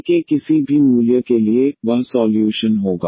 C के किसी भी मूल्य के लिए वह सॉल्यूशन होगा